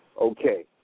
okay